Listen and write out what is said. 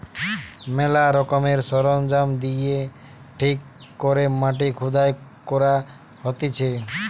ম্যালা রকমের সরঞ্জাম দিয়ে ঠিক করে মাটি খুদাই করা হতিছে